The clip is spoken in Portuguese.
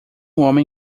homem